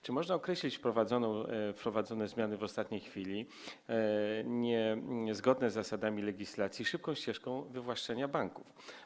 Czy można określić zmiany wprowadzone w ostatniej chwili, niezgodne z zasadami legislacji, szybką ścieżką wywłaszczenia banków?